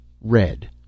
red